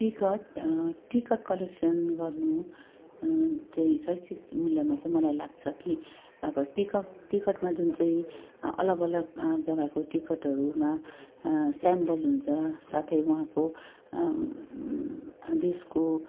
ticket ticket collection गर्नु चाहिँ शैक्षिक मूल्यमा चाहिँ मलाई लाग्छ कि अब टिकट टिकटमा जुन चाहिँ अलग अलग जग्गको टिकटहरूमा सिम्बल हुन्छ साथै वहाँको देशको